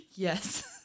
Yes